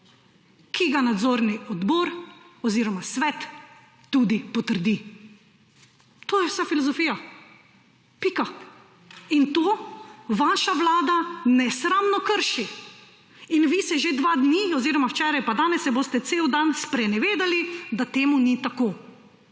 ki ga nadzorni odbor oziroma svet tudi potrdi.« To je vsa filozofija. Pika. In to vaša vlada nesramno krši. In vi se že dva dni oziroma včeraj in danes se boste cel dan sprenevedali, da temu ni tako.